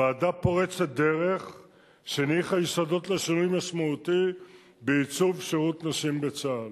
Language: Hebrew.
ועדה פורצת דרך שהניחה יסודות לשינוי משמעותי בעיצוב שירות נשים בצה"ל.